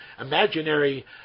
imaginary